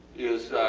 is